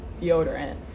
deodorant